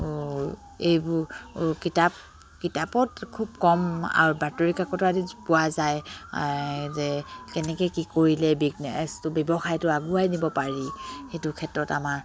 এইবোৰ কিতাপ কিতাপত খুব কম আৰু বাতৰি কাকতো আদি পোৱা যায় যে কেনেকে কি কৰিলে বিজনেছটো ব্যৱসায়টো আগুৱাই নিব পাৰি সেইটো ক্ষেত্ৰত আমাৰ